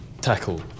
tackle